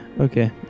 Okay